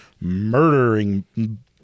murdering